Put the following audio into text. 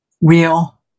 real